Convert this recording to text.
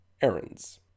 errands